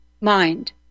mind